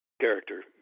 character